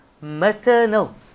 maternal